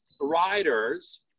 riders